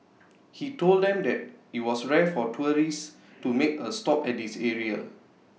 he told them that IT was rare for tourists to make A stop at this area